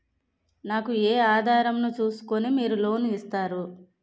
నాకు ఏ ఆధారం ను చూస్కుని మీరు లోన్ ఇస్తారు?